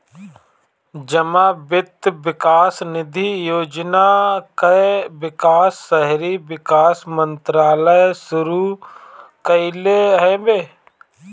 जमा वित्त विकास निधि योजना कअ विकास शहरी विकास मंत्रालय शुरू कईले हवे